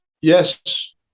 yes